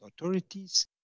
authorities